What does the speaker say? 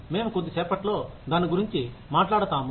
మేము కొద్ది సేపట్లో దాని గురించి మాట్లాడతాము